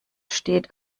steht